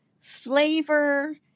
flavor